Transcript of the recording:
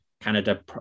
Canada